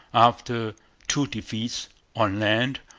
after two defeats on land,